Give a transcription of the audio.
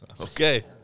Okay